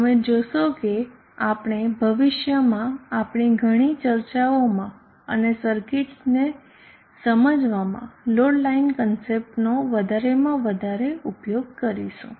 તમે જોશો કે આપણે ભવિષ્યમાં આપણી ઘણી ચર્ચાઓમાં અને સર્કિટ્સની સમજવામાં લોડ લાઈન કોન્સેપ્ટ નો વધારે માં વધારે ઉપયોગ કરીશું